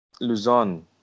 Luzon